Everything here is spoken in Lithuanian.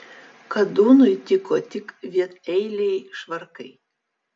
kadūnui tiko tik vieneiliai švarkai